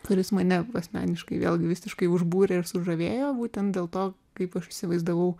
kuris mane asmeniškai vėlgi visiškai užbūrė sužavėjo būtent dėl to kaip aš įsivaizdavau